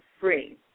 free